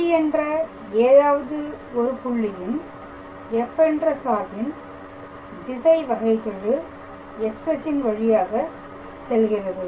P என்ற ஏதாவது ஒரு புள்ளியின் f என்ற சார்பின் திசை வகைகெழு X அச்சின் வழியாக செல்கிறது